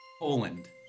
Poland